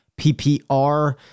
PPR